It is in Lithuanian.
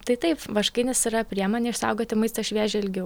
tai taip vaškainis yra priemonė išsaugoti maistą šviežią ilgiau